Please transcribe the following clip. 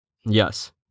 Yes